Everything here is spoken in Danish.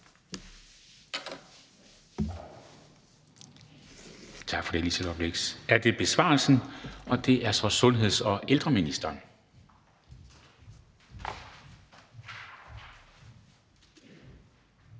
tak for det, Liselott Blixt – er det besvarelsen, og det er sundheds- og ældreministeren.